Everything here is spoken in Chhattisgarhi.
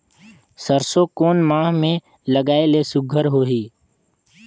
सरसो कोन माह मे लगाय ले सुघ्घर होही?